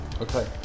okay